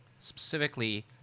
specifically